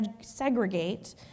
segregate